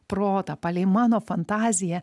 protą palei mano fantaziją